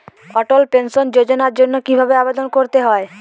অটল pension যোজনার জন্য কি ভাবে আবেদন করতে হয়?